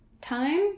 time